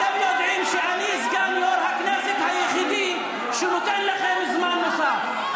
אתם יודעים שאני סגן יושב-ראש הכנסת היחידי שנותן לכם זמן נוסף,